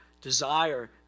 desire